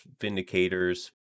Vindicators